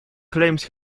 claims